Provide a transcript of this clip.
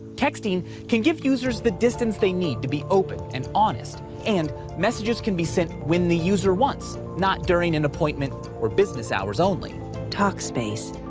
texting can give users the distance they need to be open and honest. and messages can be sent when the user wants, not during an appointment or business hours only talkspace,